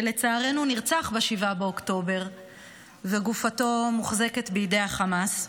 שלצערנו נרצח ב-7 באוקטובר וגופתו מוחזקת בידי החמאס.